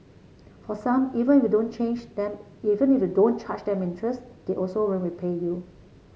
for some even if you don't change them if you don't charge them interest they also won't repay you